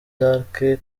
d’arc